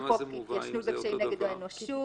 לפי חוק התיישנות ופשעים נגד האנושות